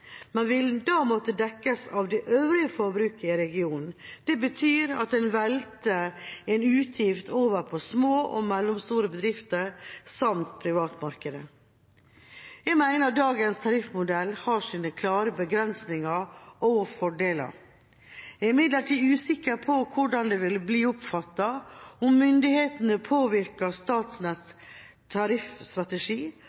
men vil da måtte dekkes av det øvrige forbruket i regionen. Det betyr at en velter en utgift over på små og mellomstore bedrifter samt på privatmarkedet. Jeg mener dagens tariffmodell både har sine klare begrensninger og sine fordeler. Jeg er imidlertid usikker på hvordan det ville bli oppfattet om myndighetene påvirket Statnetts tariffstrategi